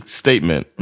statement